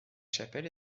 chapelle